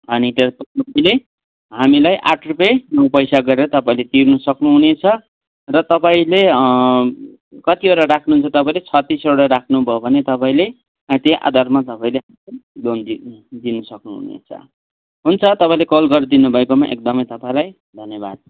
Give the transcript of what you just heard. अनि त्यस ले हामीलाई आठ रुपियाँ पैसा गरेर तपाईँले तिर्नुसक्नुहुनेछ र तपाईँले कतिवटा राख्नुहुन्छ तपाईँले छत्तिसवटा राख्नुभयो भने तपाईँले त्यही आधारमा तपाईँले लोन दिनु दिनु सक्नुहुनेछ हुन्छ तपाईँले कल गरिदिनु भएकोमा एकदमै तपाईँलाई धन्यवाद